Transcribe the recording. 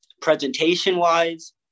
presentation-wise